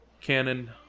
Canon